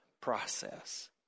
process